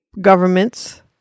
governments